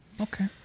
Okay